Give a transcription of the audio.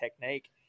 technique